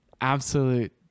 absolute